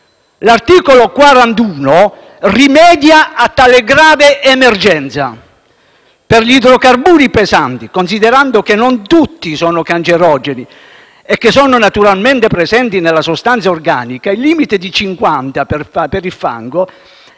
L’articolo 41 rimedia a tale grave emergenza. Per gli idrocarburi pesanti, considerando che non tutti sono cancerogeni e sono naturalmente presenti nella sostanza organica, il limite di 50 milligrammi